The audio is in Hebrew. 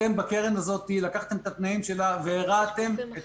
אתם לקחתם את התנאים של הקרן והרעתם את